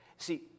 See